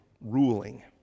ruling